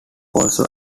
also